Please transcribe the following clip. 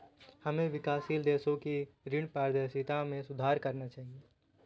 हमें विकासशील देशों की ऋण पारदर्शिता में सुधार करना चाहिए